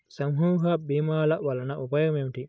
సమూహ భీమాల వలన ఉపయోగం ఏమిటీ?